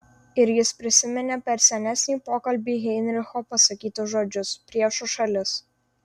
ir jis prisiminė per senesnį pokalbį heinricho pasakytus žodžius priešo šalis